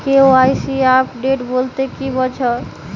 KYC update বলতে কি বোঝায়?